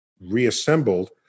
reassembled